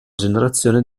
generazione